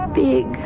big